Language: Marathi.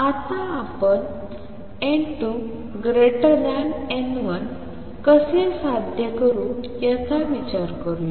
आत्ता आपण n2 n1 कसे साध्य करू याचा विचार करूया